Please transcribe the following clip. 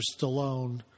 Stallone